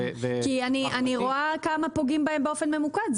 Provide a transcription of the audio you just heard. כי אני רואה כמה פוגעים בהם באופן ממוקד.